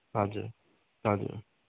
हजुर हजुर